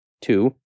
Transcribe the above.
Two